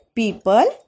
people